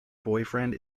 boyfriend